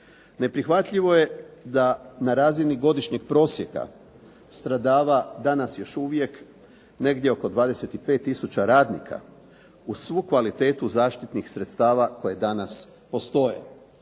Neprihvatljivo je da na razini godišnjeg prosjeka stradava danas još uvijek negdje oko 25 tisuća radnika uz svu kvalitetu zaštitnih sredstava koje danas postoje.